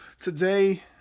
Today